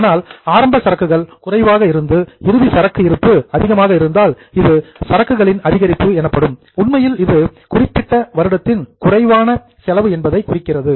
ஆனால் ஆரம்ப சரக்குகள் குறைவாக இருந்து இறுதி சரக்கு இருப்பு அதிகமாக இருந்தால் இது சரக்குகளின் அதிகரிப்பு எனப்படும் உண்மையில் இது குறிப்பிட்ட வருடத்தின் குறைவான எக்ஸ்பென்டிச்சர் செலவு என்பதைக் குறிக்கிறது